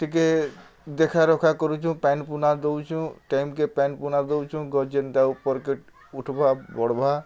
ଟିକେ ଦେଖାରେଖା କରୁଛୁଁ ପାଏନ୍ପୁନା ଦେଉଛୁଁ ଟାଇମ୍କେ ପାଏନ୍ପୁନା ଦେଉଛୁଁ ଗଛ୍ ଯେନ୍ତା ଉପର୍କେ ଉଠ୍ବା ବଢ଼୍ବା